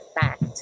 fact